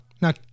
now